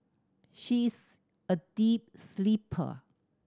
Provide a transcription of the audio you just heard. she is a deep sleeper